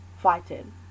fighting